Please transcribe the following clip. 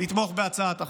לתמוך בהצעת החוק.